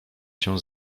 się